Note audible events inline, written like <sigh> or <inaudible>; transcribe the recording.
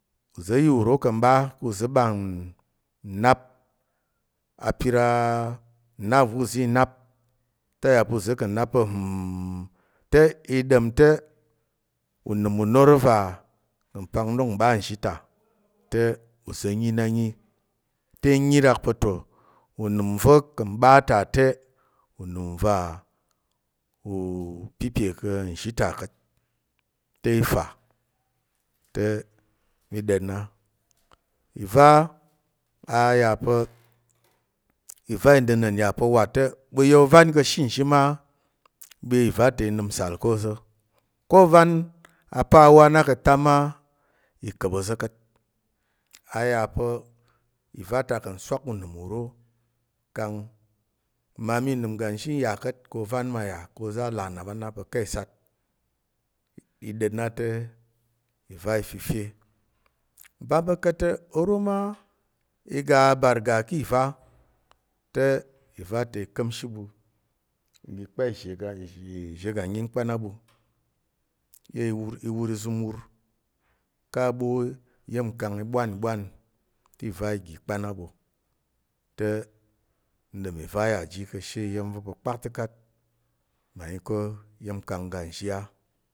Uza̱ ya uro ka̱ mɓa kang uza̱ ɓang nnap apir a nnap va̱ uza̱ i nap tə a yà pa̱ uza̱ ka̱ nnap pa̱ <hesitation> te i ɗom te, unəm unoro va ka̱ mpak inok mɓa nzhi ta te uza̱ nyi na nyi, te nyi rak pa̱ to unəm va̱ ka̱ mɓa ta te unəm va upipe ka̱ nzhi ta ka̱t, i fa te mí ɗat na. Ìva a ya pa̱, ìva inəna̱n ya wat te ɓu ya ovan ka̱she nzhi ma ɓu ya ìva ta i nəm nsal ko oza̱. Ko ovan a nəm nsal ka̱ na ma i ka̱p oza̱ ka̱t. A yà pa̱ ìva ta ka̱ nswak unəm uro kang mmami unəm uga nzhi n yà ka̱t ko ovan ma yà ka̱ oza̱ i là nnap a na pa̱ kai sat. I ɗa̱t na te, ìva i fife bam ka̱ ka̱t te oro ma i ga abar ga ki ìva te ìva ta i ka̱mshi ɓu iga i kpan izhe izhe ga anyin kpan a ɓu i wur i wur izum wur ka aɓo iya̱m nkang i ɓwanɓwan te ìva iga i kpan a ɓu te n ɗom ìva yà ji ka̱she iya̱m va̱ pa̱ kpakta̱kat mmayi ká̱ iya̱m nkang ga nzhi á.